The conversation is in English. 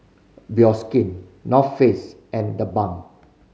Bioskin North Face and TheBalm